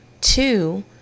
Two